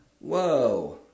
Whoa